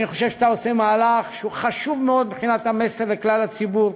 אני חושב שאתה עושה מהלך שהוא חשוב מאוד מבחינת המסר לכלל הציבור.